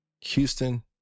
Houston